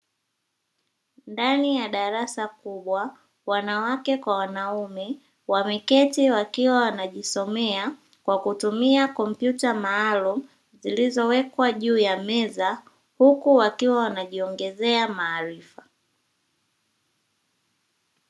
Ndani ya darasa kubwa wanawake kwa wanaume wameketi wakiwa wanajisomea kwa kutumia kompyuta maalumu, zilizowekwa juu ya meza huku wakiwa wanajiongezea maarifa.